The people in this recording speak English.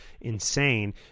insane